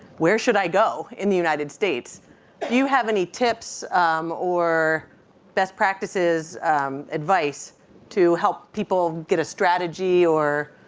where should i go in the united states? do you have any tips or best practices advice to help people get a strategy or